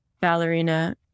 ballerina